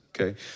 Okay